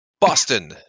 Boston